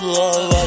love